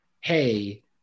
hey